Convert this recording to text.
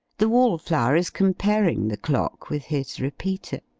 the wall-flower is comparing the clock with his repeater.